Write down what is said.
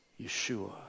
Yeshua